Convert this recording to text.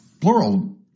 Plural